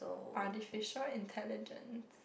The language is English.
artificial intelligence